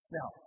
Now